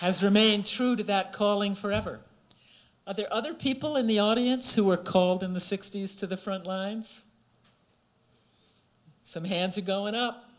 has remained true to that calling forever are there other people in the audience who were called in the sixty's to the front lines some hands are going up